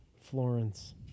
Florence